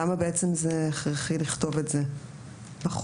למה זה הכרחי לכתוב את זה בחוק?